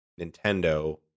Nintendo